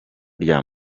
rya